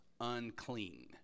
unclean